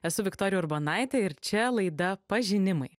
esu viktorija urbonaitė ir čia laida pažinimai